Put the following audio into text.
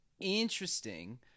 Interesting